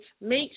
make